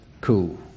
cool